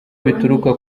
bituruka